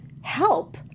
help